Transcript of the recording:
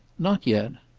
not yet.